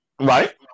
Right